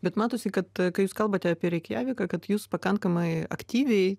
bet matosi kad kai jūs kalbate apie reikjaviką kad jūs pakankamai aktyviai